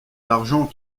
l’argent